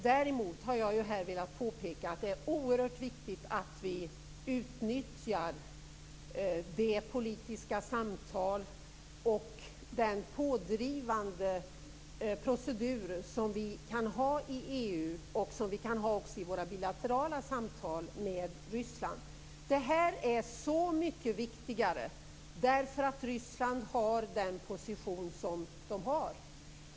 Däremot har jag här velat påpeka att det är oerhört viktigt att Sverige utnyttjar de politiska samtal och den pådrivande procedur som kan äga rum inom EU och i de bilaterala samtalen med Ryssland. Så mycket viktigare är detta med tanke på att Ryssland har den position som landet har.